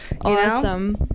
Awesome